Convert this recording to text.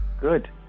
Good